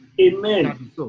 Amen